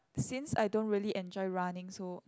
since I don't really enjoy running so